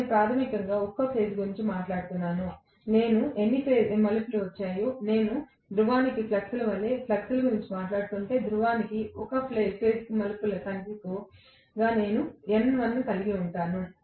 నేను ప్రాథమికంగా ఒక్కోఫేజ్ గురించి మాట్లాడుతున్నాను నాకు ఎన్ని మలుపులు వచ్చాయో నేను ధ్రువానికి ఫ్లక్స్ వలె ఫ్లక్స్ గురించి మాట్లాడుతుంటే ధ్రువానికి ఒక ఫేజ్కు మలుపుల సంఖ్యగా నేను కూడా N1 ను కలిగి ఉంటాను